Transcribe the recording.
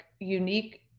unique